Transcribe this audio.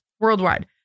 worldwide